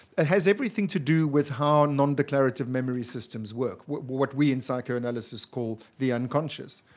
it has everything to do with how non-declarative memory systems work. what we in psychoanalysis call the unconscious.